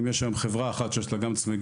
אם יש היום חברה שיש לה גם צמיגים,